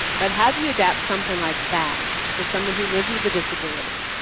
but how do you adapt something like that for someone who lives with a disability?